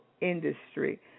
industry